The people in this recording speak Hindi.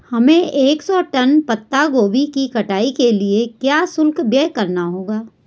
हमें एक सौ टन पत्ता गोभी की कटाई के लिए क्या शुल्क व्यय करना होगा?